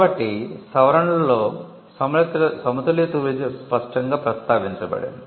కాబట్టి సవరణలలో సమతుల్యత గురించి స్పష్టoగా ప్రస్తావించబడింది